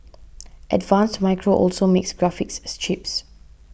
advanced Micro also makes graphics chips